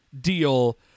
deal